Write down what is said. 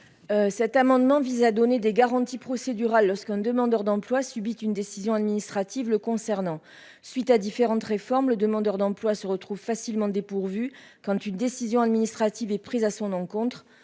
Cet amendement vise à donner des garanties procédurales, lorsqu'un demandeur d'emploi une décision administrative le concernant suite à différentes réformes, le demandeur d'emploi se retrouve facilement dépourvu quand une décision administrative est prise à son encontre